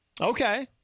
Okay